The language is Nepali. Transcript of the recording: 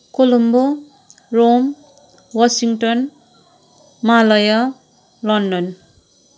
Colombo Rome Washington Malaya London